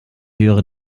höre